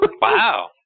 Wow